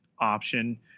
option